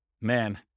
man